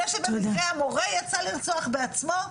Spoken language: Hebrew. זה שבמקרה המורה יצא לרצוח בעצמו,